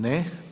Ne.